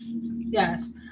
Yes